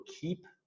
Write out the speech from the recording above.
keep